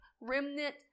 remnant